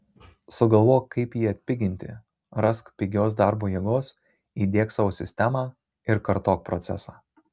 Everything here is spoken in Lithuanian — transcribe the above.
sugalvok kaip jį atpiginti rask pigios darbo jėgos įdiek savo sistemą ir kartok procesą